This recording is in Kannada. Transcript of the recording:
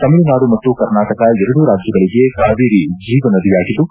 ತಮಿಳುನಾಡು ಮತ್ತು ಕರ್ನಾಟಕ ಎರಡೂ ರಾಜ್ಜಗಳಿಗೆ ಕಾವೇರಿ ಜೀವನದಿಯಾಗಿದ್ದು